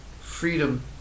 freedom